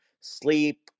sleep